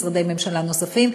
משרדי ממשלה נוספים.